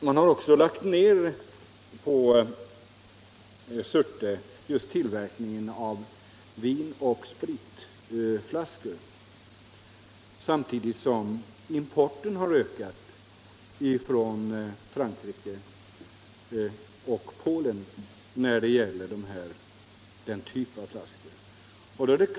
Man har också på Surte glasbruk lagt ner tillverkningen av vinoch spritflaskor samtidigt som importen av den typen av flaskor ökar från Frankrike och Polen.